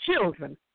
children